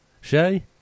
Shay